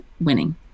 winning